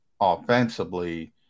offensively